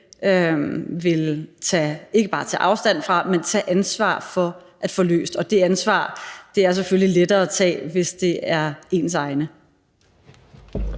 men tage ansvar for at få løst. Det ansvar er selvfølgelig lettere at tage, hvis det er ens egne.